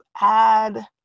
add